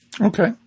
Okay